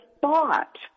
thought